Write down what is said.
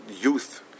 youth